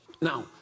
Now